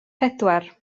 pedwar